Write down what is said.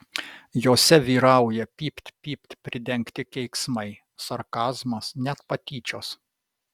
jose vyrauja pypt pypt pridengti keiksmai sarkazmas net patyčios